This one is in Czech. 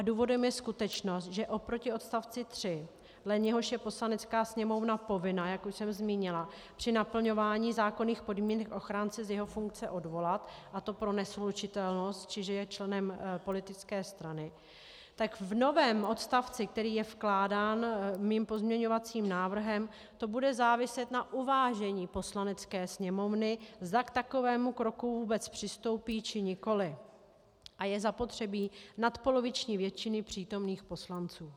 Důvodem je skutečnost, že oproti odstavci 3, dle něhož je Poslanecká sněmovna povinna, jak už jsem zmínila, při naplňování zákonných podmínek ochránce z jeho funkce odvolat, a to pro neslučitelnost či že je členem politické strany, tak v novém odstavci, který je vkládán mým pozměňovacím návrhem, to bude záviset na uvážení Poslanecké sněmovny, zda k takovému kroku vůbec přistoupí, či nikoliv, a je zapotřebí nadpoloviční většiny přítomných poslanců.